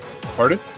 Pardon